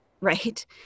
right